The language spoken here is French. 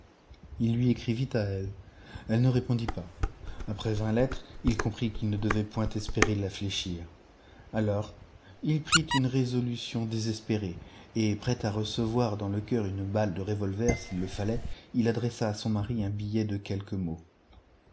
il lui écrivit à elle elle ne répondit pas après vingt lettres il comprit qu'il ne devait point espérer la fléchir alors il prit une résolution désespérée et prêt à recevoir dans le cœur une balle de revolver s'il le fallait il adressa à son mari un billet de quelques mots